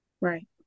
Right